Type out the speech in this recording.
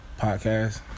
podcast